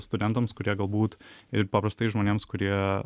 studentams kurie galbūt ir paprastai žmonėms kurie